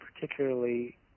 particularly